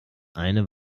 eine